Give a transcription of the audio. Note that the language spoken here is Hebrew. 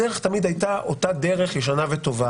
הדרך תמיד הייתה אותה דרך ישנה וטובה